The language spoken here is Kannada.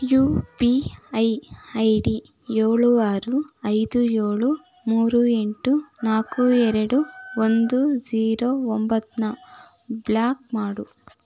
you P I I D ಏಳು ಆರು ಐದು ಏಳು ಮೂರು ಎಂಟು ನಾಲ್ಕು ಎರಡು ಒಂದು ಜೀರೋ ಒಂಬತ್ತನ್ನ ಬ್ಲಾಕ್ ಮಾಡು